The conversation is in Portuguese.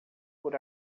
por